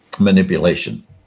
Manipulation